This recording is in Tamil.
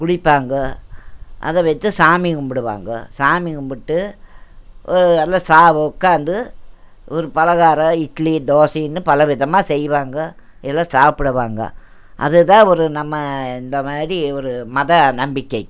குளிப்பாங்க அதை வச்சு சாமி கும்பிடுவாங்க சாமி கும்பிட்டு நல்லா சா உக்காந்து ஒரு பலகாரம் இட்லி தோசைன்னு பலவிதமாக செய்வாங்க எல்லாம் சாப்பிடுவாங்க அதுதான் ஒரு நம்ம இந்த மாதிரி ஒரு மத நம்பிக்கை